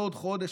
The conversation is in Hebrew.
בעוד חודש,